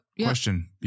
question